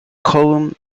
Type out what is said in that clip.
column